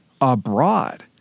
abroad